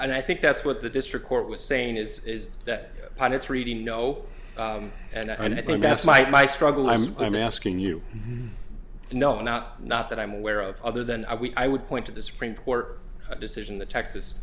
and i think that's what the district court was saying is is that upon its reading you know and i think that's my struggle i mean i'm asking you no not not that i'm aware of other than i would point to the supreme court decision the texas